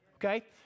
Okay